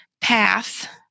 path